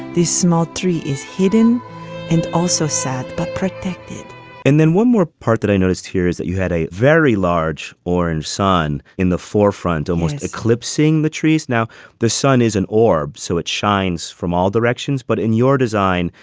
this small tree is hidden and also sad, but protected and then one more part that i noticed here is that you had a very large orange sun in the forefront, almost eclipse seeing the trees. now the sun is an orb, so it shines from all directions. but in your design,